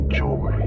joy